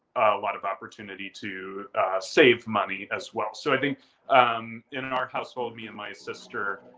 lot of opportunity to save money as well. so i think um in and our household, me and my sister,